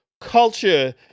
culture